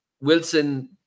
Wilson